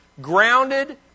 grounded